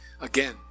again